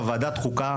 וועדת חוקה,